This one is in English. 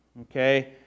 okay